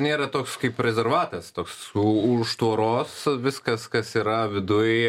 nėra toks kaip rezervatas toks už tvoros viskas kas yra viduj